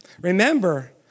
Remember